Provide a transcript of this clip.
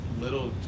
little